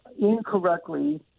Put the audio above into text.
incorrectly